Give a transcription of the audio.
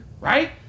right